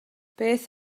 beth